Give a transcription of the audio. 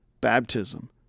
baptism